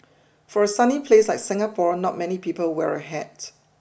for a sunny place like Singapore not many people wear a hat